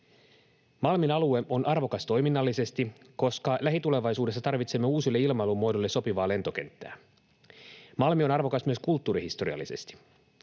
Malmin alue on arvokas toiminnallisesti, koska lähitulevaisuudessa tarvitsemme uusille ilmailumuodoille sopivaa lentokenttää. Malmi on arvokas myös kulttuurihistoriallisesti.